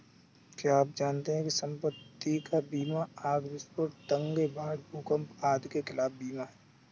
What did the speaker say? क्या आप जानते है संपत्ति का बीमा आग, विस्फोट, दंगे, बाढ़, भूकंप आदि के खिलाफ बीमा है?